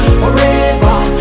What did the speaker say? forever